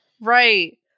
Right